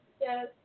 Yes